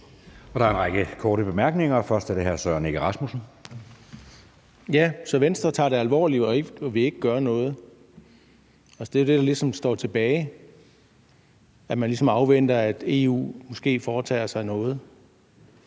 Der er en række korte bemærkninger. Først er det hr. Søren Egge Rasmussen. Kl. 13:09 Søren Egge Rasmussen (EL): Så Venstre tager det alvorligt og vil ikke gøre noget. Altså, det er det, der ligesom står tilbage – at man ligesom afventer, at EU måske foretager sig noget.